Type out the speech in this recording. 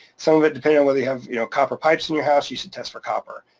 some of it depending on whether you have you know copper pipes in your house, you should test for copper.